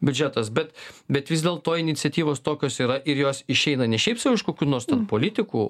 biudžetas bet bet vis dėlto iniciatyvos tokios yra ir jos išeina ne šiaip sau iš kokių nors ten politikų